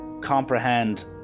comprehend